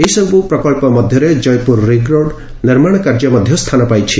ଏହିସବୁ ପ୍ରକଳ୍ପ ମଧ୍ୟରେ ଜୟପୁର ରିଙ୍ଗରୋଡ୍ ନିର୍ମାଣ କାର୍ଯ୍ୟ ମଧ୍ୟ ସ୍ଥାନ ପାଇଛି